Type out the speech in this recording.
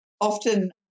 often